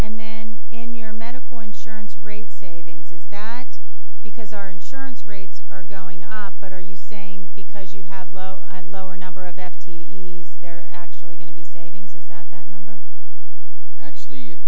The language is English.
and then in your medical insurance rate savings is that because our insurance rates are going up but are you saying because you have a lower number of activities there are actually going to be savings is that that number actually